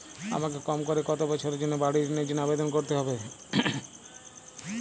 আমাকে কম করে কতো বছরের জন্য বাড়ীর ঋণের জন্য আবেদন করতে হবে?